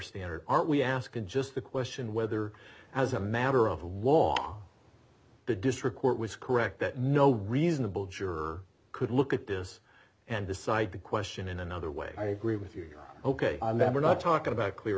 standard aren't we asking just the question whether as a matter of law the district court was correct that no one reasonable juror could look at this and decide to question in another way i agree with you ok and that we're not talking about clear